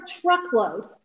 truckload